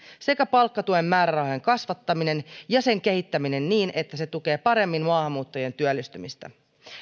sekä palkkatuen määrärahojen kasvattaminen ja sen kehittäminen niin että se tukee paremmin maahanmuuttajien työllistymistä